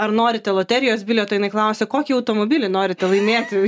ar norite loterijos bilieto jinai klausė kokį automobilį norite laimėti